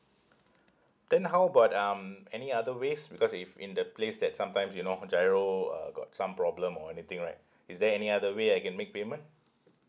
then how about um any other ways because if in the place that sometimes you know GIRO uh got some problem or anything right is there any other way I can make payment